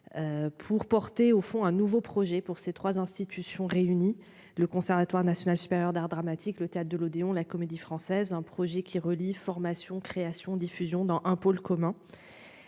pour porter au fond un nouveau projet pour ces 3 institutions réunis le Conservatoire national supérieur d'art dramatique, le théâtre de l'Odéon, la Comédie-Française, un projet qui relie formation création diffusion dans un pôle commun